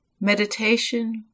meditation